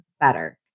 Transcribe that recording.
better